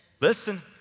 listen